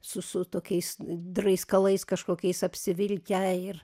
su su tokiais draiskalais kažkokiais apsivilkę ir